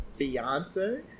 Beyonce